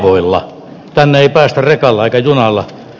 muilla tai leipää vetolaite junalla